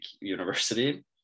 university